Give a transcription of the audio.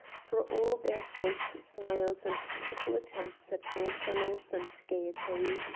for all their forced smiles and pitiful attempts at nonchalance and gaiety.